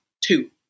two